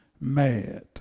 mad